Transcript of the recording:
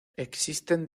existen